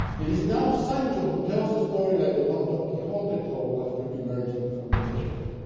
it is now sancho who tells the story like the one don quixote told after emerging from the cave.